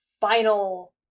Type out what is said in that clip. final